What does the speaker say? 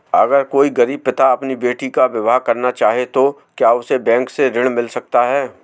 अगर कोई गरीब पिता अपनी बेटी का विवाह करना चाहे तो क्या उसे बैंक से ऋण मिल सकता है?